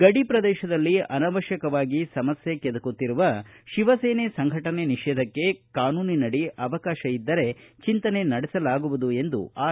ಗಡಿ ಪ್ರದೇಶದಲ್ಲಿ ಅನವಶ್ತಕವಾಗಿ ಸಮಸ್ಕೆ ಕೆದಕುತ್ತಿರುವ ನಡೆಸುತ್ತಿರುವ ಶಿವಸೇನೆ ಸಂಘಟನೆ ನಿಷೇಧಕ್ಕೆ ಕಾನೂನಿನಡಿ ಅವಕಾತ ಇದ್ದರೆ ಚಿಂತನೆ ನಡೆಸಲಾಗುವುದು ಎಂದು ಸಚಿವ ಆರ್